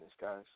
guys